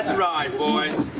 right, boys.